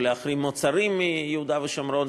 או להחרים מוצרים מיהודה ושומרון,